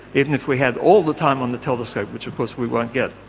even if we had all the time on the telescope, which of course we won't get.